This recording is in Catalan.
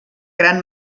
gran